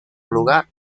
lugar